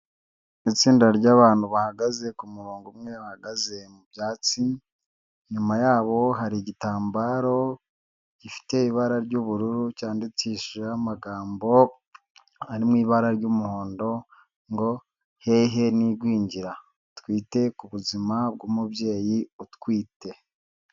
Itsinda ry'abantu bahagaze ku murongo umwe, bahagaze mu byatsi, inyuma yabo hari igitambaro gifite ibara ry'ubururu, cyandikishijeho amagambo ari mu ibara ry'umuhondo, ngo hehe nigwingira, twite ku buzima bw'umubyeyi utwite.